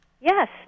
Yes